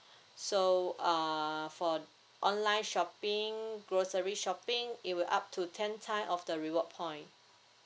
so uh for online shopping grocery shopping it will up to ten time of the reward point